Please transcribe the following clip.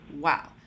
Wow